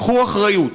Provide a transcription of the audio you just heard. קחו אחריות.